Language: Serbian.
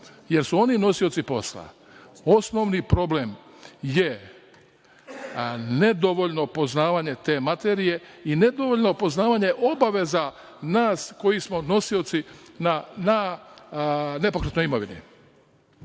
jer su oni nosioci posla, osnovni problem je nedovoljno poznavanje te materije i nedovoljno poznavanje obaveza nas koji smo nosioci na nepokretnoj imovini.